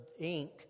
Inc